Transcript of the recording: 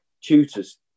tutors